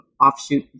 offshoot